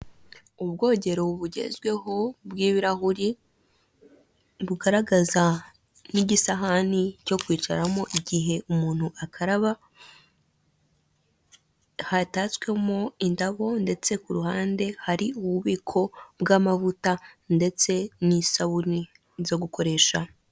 Ubwogero bugezweho bw'ibirahuri bugaragaza n'igisahani cyo kwicaramo igihe umuntu akaraba, hatatswemo indabo ndetse ku ruhande hari ububiko bw'amavuta ndetse n'isabune zo gukoresha.